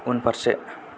उनफारसे